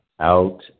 out